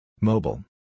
Mobile